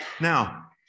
Now